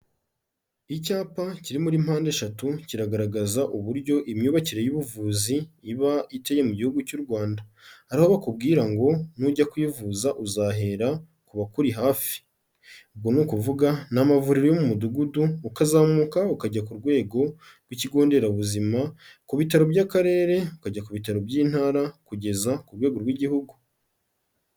Icyapa kiri muri mpande eshatu kiragaragaza uburyo imyubakire y'ubuvuzi iba iteye mu gihugu cy'u Rwanda. Hari aho bakubwira ngo nujya kwivuza uzahera ku bakuri hafi. Ubwo ni ukuvuga n'amavuriro yo mu mudugudu ukazamuka ukajya kurwego rw'ikigonderabuzima kubitaro by'akarere ukajya kubitaro by'intara, kugeza kurwego rw'igihugu.